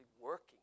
working